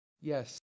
Yes